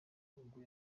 ubwo